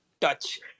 touch